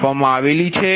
આપવામાં આવે છે